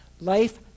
life